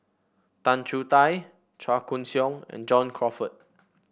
Tan Choo Kai Chua Koon Siong and John Crawfurd